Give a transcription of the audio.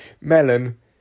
Melon